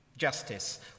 justice